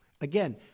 Again